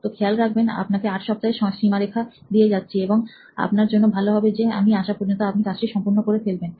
তো খেয়াল রাখবেন আপনাকে 8 সপ্তাহের সীমারেখা দিয়ে যাচ্ছি এবং আপনার জন্য ভালো হবে যে আমার আসা পর্যন্ত আপনি কাজটি সম্পূর্ণ করে ফেলবেন